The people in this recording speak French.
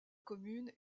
commune